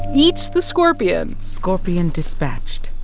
eats the scorpion. scorpion dispatched.